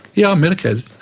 yeah, i'm medicated,